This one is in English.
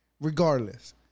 regardless